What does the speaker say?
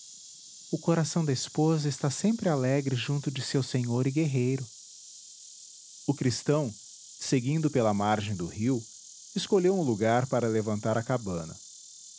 o coração da esposa está sempre alegre junto de seu senhor e guerreiro o cristão seguindo pela margem do rio escolheu um lugar para levantar a cabana